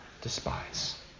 despise